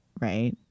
right